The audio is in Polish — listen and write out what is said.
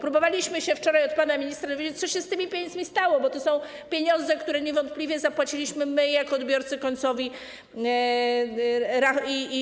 Próbowaliśmy się wczoraj od pana ministra dowiedzieć, co się z tymi pieniędzmi stało, bo to są pieniądze, które niewątpliwie zapłaciliśmy my jako odbiorcy końcowi